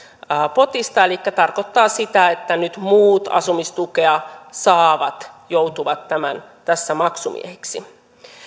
potista elikkä se tarkoittaa sitä että nyt muut asumistukea saavat joutuvat tässä maksumiehiksi